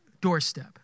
doorstep